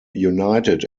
united